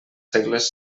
segles